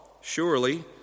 Surely